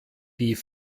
die